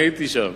אני הייתי שם.